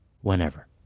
whenever